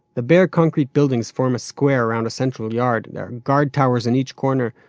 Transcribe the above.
the bare concrete buildings form a square around a central yard. there are guard towers in each corner,